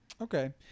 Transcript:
okay